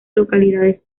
localidades